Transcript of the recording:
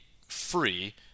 free